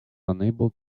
unable